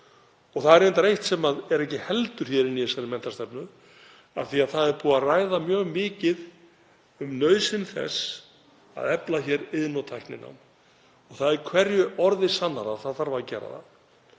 Það er reyndar eitt sem er ekki heldur í þessari menntastefnu. Það er búið að ræða mjög mikið um nauðsyn þess að efla iðn- og tækninám og það er hverju orði sannara. Það þarf að gera það.